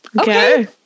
Okay